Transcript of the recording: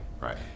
Right